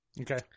Okay